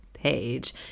page